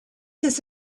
this